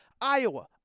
Iowa